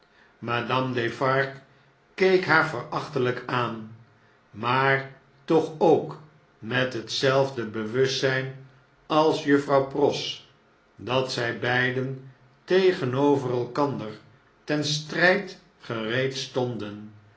madame defarge keek haar verachtelijk aan maar toch ook met hetzelfde bewustzijn als juffrouw pross dat zjj beiden tegenover elkander ten strijd gereed stonden